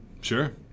Sure